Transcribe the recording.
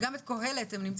וגם פורום קהלת.